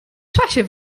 czasie